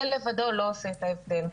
זה לבדו לא עושה את ההבדל.